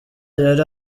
yari